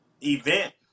event